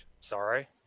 Sorry